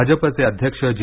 भाजपचे अध्यक्ष जे